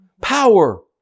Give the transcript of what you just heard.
power